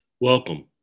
Welcome